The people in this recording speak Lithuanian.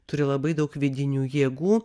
turi labai daug vidinių jėgų